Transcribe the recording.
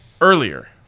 earlier